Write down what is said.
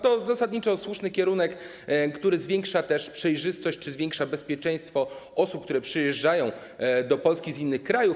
To zasadniczo słuszny kierunek, który zwiększa przejrzystość czy zwiększa bezpieczeństwo osób, które przyjeżdżają do Polski z innych krajów.